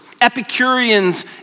Epicureans